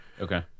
Okay